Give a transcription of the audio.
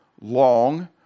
long